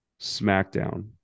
SmackDown